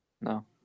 No